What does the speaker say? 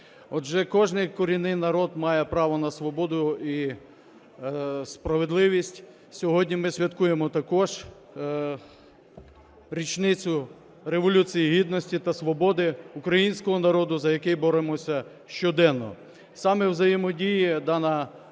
Отже, кожен корінний народ має право на свободу і справедливість. Сьогодні ми святкуємо також річницю Революції Гідності та свободи українського народу, за який боремося щоденно. Саме у взаємодії дана